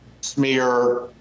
smear